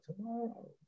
tomorrow